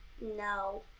No